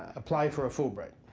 apply for a fulbright.